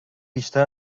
بیشتر